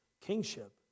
kingship